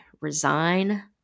resign